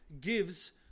gives